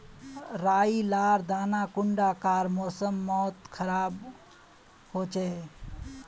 राई लार दाना कुंडा कार मौसम मोत खराब होचए?